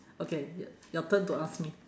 okay y~ your turn to ask me